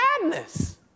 Madness